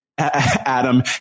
Adam